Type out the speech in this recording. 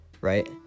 right